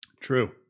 True